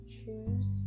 choose